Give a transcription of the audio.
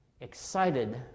excited